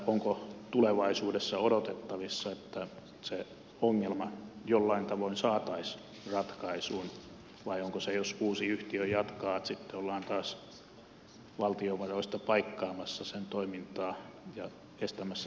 onko tulevaisuudessa odotettavissa että se ongelma jollain tavoin saataisiin ratkaisuun vai onko se niin jos uusi yhtiö jatkaa että sitten ollaan taas valtion varoista paikkaamassa sen toimintaa ja estämässä näitä ympäristövahinkoja edelleen